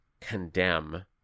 condemn